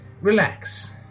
relax